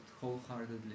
wholeheartedly